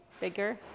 bigger